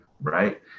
right